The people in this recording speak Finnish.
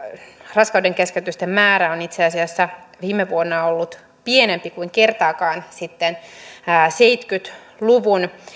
raskaudenkeskeytysten määrä on itse asiassa viime vuonna ollut pienempi kuin kertaakaan sitten seitsemänkymmentä luvun